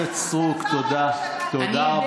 תחזור לאיפה שבאת, חברת הכנסת סטרוק, תודה רבה.